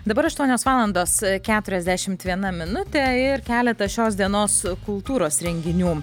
dabar aštuonios valandos keturiasdešimt viena minutė ir keletas šios dienos kultūros renginių